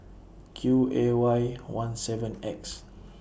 Q A Y one seven X